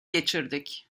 geçirdik